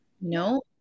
No